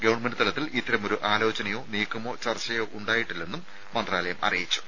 government തലത്തിൽ ഇത്തരമൊരു ആലോചനയോ നീക്കമോ ചർച്ചയോ ഉണ്ടായിട്ടില്ലെന്നും മന്ത്രാലയം അറിയിച്ചു